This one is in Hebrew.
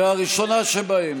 והראשונה שבהן,